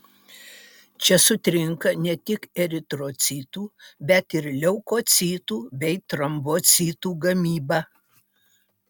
čia sutrinka ne tik eritrocitų bet ir leukocitų bei trombocitų gamyba